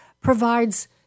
provides